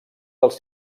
dels